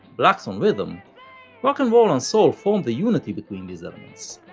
blacks on rhythm rock'n'roll and soul formed a unity between these elements.